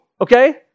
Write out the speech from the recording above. okay